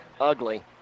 Ugly